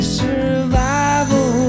survival